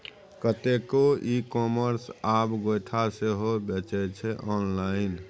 कतेको e commerce आब गोयठा सेहो बेचै छै आँनलाइन